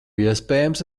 iespējams